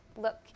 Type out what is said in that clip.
Look